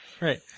right